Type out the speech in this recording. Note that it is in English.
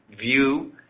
view